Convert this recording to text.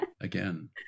again